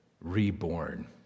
reborn